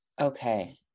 okay